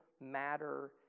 matter